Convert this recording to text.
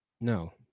No